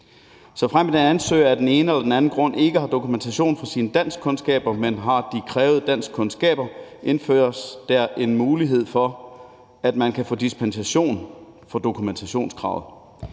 Såfremt en ansøger af den ene eller den anden grund ikke har dokumentation for sine danskkundskaber, men har de krævede danskkundskaber, indføres der en mulighed for, at man kan få dispensation for dokumentationskravet.